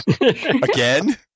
Again